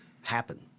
happen